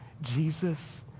Jesus